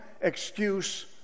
excuse